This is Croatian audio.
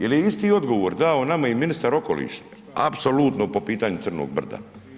Jel isti odgovor dao nam i ministar okoliša apsolutno po pitanju Crnog brda?